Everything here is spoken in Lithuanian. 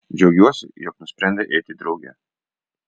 džiaugiuosi jog nusprendei eiti drauge